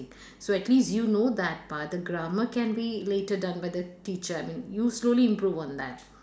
so at least you know that but the grammar can be later done by the teacher I mean you slowly improve on that